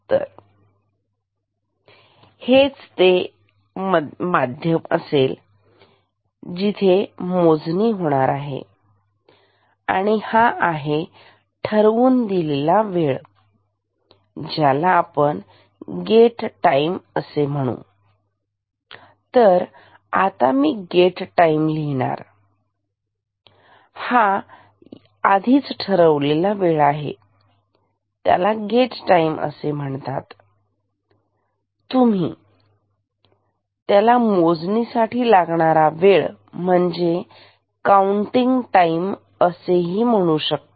तर हे ते मध्यम तर असेल जिथे मोजणी होणार आहे आणि हा आहे ठरवून दिलेला वेळ ज्याला आपण गेट टाईम असे म्हणून तर आता मी गेट टाईम लिहितो तर हा आधीच ठरवलेला वेळ आहे त्याला गेट टाईम असे म्हणतात तुम्ही त्यांना मोजणीचा वेळ म्हणजे काउंटिंग टाईम असेही म्हणू शकता